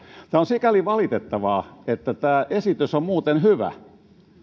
tämä on sikäli valitettavaa että tämä esitys on muuten hyvä